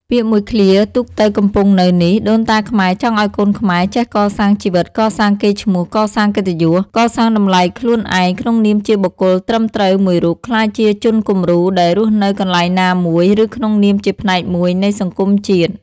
ពាក្យមួយឃ្លា ទូកទៅ កំពង់នៅ នេះ ដូនតាខ្មែរចង់ឲ្យកូនខ្មែរ ចេះកសាងជីវិត កសាងកេរ្តិ៍ឈ្មោះ កសាងកិត្តយស កសាងតម្លៃខ្លួនឯងក្នុងនាមជាបុគ្គលត្រឹមត្រូវមួយរូប ក្លាយជាជនគំរូ ដែលរស់នៅកន្លែងណាមួយ ឬក្នុងនាមជាផ្នែកមួយនៃសង្គមជាតិ។